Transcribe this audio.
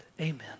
Amen